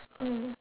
mm